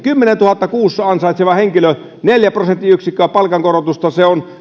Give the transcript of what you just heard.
kymmenessätuhannessa kuussa ansaitseva henkilö neljä prosenttiyksikköä palkankorotusta